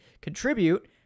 contribute